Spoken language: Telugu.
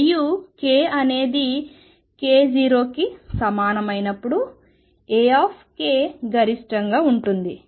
మరియు k అనేది k0 కి సమానం అయినప్పుడు A గరిష్టంగా ఉంటుంది